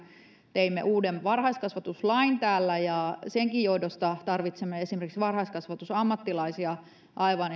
teimme täällä uuden varhaiskasvatuslain ja senkin johdosta tarvitsemme esimerkiksi varhaiskasvatusammattilaisia aivan